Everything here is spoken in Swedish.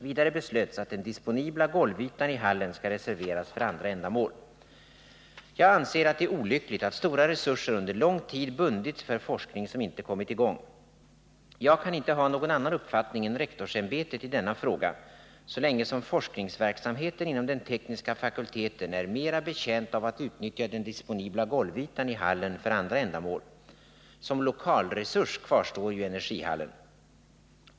Vidare beslöts att den disponibla golvytan i hallen skall reserveras för andra ändamål. Jag anser att det är olyckligt att stora resurser under lång tid bundits för forskning som inte kommit i gång. Jag kan inte ha någon annan uppfattning än rektorsämbetet i denna fråga så länge som forskningsverksamheten inom den tekniska fakulteten är mer betjänt av att utnyttja den disponibla golvytan i hallen för andra ändamål. Som lokalresurs kvarstår ju energihallen.